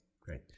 Great